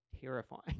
terrifying